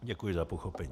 Děkuji za pochopení.